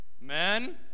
Men